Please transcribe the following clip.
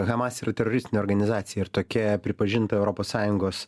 hamas yra teroristinė organizacija ir tokia pripažinta europos sąjungos